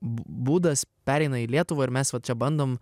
būdas pereina į lietuvą ir mes va čia bandom